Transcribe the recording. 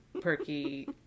perky